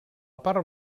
part